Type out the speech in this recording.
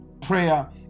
prayer